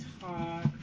talk